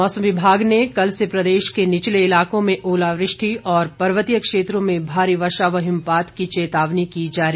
मौसम विभाग ने कल से प्रदेश के निचले इलाकों में ओलावृष्टि और पर्वतीय क्षेत्रों में भारी वर्षा व हिमपात की चेतावनी की जारी